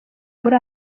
muri